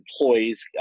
employees